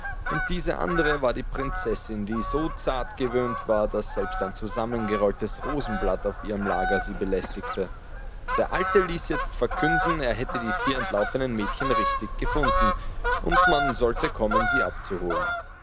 und diese andere war die prinzessin die so zart gewöhnt war daß selbst ein zusammengerolltes rosenblatt auf ihrem lager sie belästigte der alte ließ jetzt verkünden er hätte die vier entlaufenen mädchen richtig gefunden und man sollte kommen sie abzuholen